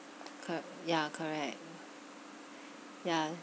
cor~ ya correct ya